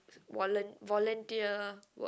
volun~ volunteer work